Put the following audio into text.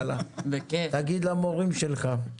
תגיד למורים שלך,